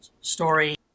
story